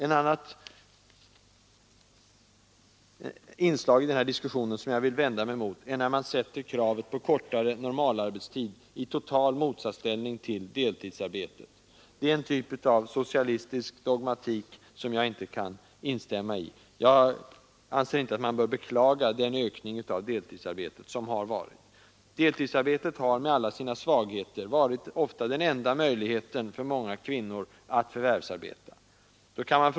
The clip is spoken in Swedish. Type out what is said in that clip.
Ett annat inslag i diskussionen som jag vill vända mig mot är när man sätter kravet på kortare normalarbetstid i total motsatsställning till deltidsarbete. Den sortens socialistisk dogmatik kan jag inte instämma i. Jag anser inte att man bör beklaga den ökning av deltidsarbete som har uppstått. Deltidsarbete har med alla sina svagheter ofta varit den enda möjligheten för många kvinnor att förvärvsarbeta.